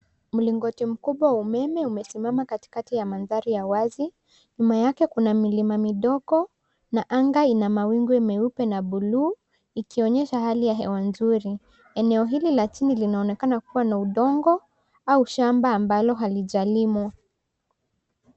Mlingoti mkubwa wa umeme umesimama katikati ya mandhari ya wazi, nyuma yake kuna milima midogo na anga ina mawingu meupe na buluu ikionyesha hali ya hewa nzuri. Eneo hili la chini linaonekana kuwa na udongo au shamba ambalo halijalimwa.